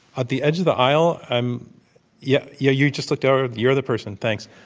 at the edge of the aisle, i'm yeah, yeah. you just looked over. you're the person. thanks.